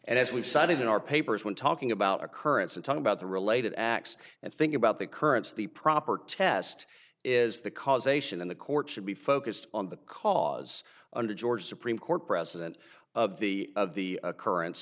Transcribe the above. we've cited in our papers when talking about occurrence and talk about the related acts and think about the currents the proper test is the causation and the court should be focused on the cause under george supreme court precedent of the of the occurrence